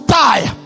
die